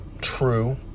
true